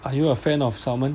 are you a fan of salmon